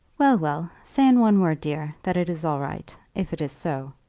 well, well. say in one word, dear, that it is all right if it is so.